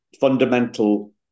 fundamental